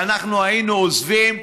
ואנחנו היינו עוזבים ראשונים,